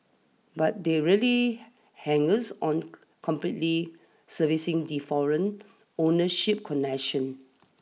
but they really hangers on completely servicing the foreign ownership connection